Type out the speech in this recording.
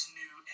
new